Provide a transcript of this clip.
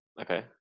Okay